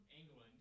England